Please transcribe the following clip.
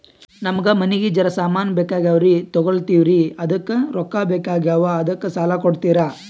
ನಮಗ ಮನಿಗಿ ಜರ ಸಾಮಾನ ಬೇಕಾಗ್ಯಾವ್ರೀ ತೊಗೊಲತ್ತೀವ್ರಿ ಅದಕ್ಕ ರೊಕ್ಕ ಬೆಕಾಗ್ಯಾವ ಅದಕ್ಕ ಸಾಲ ಕೊಡ್ತಾರ?